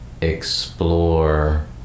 explore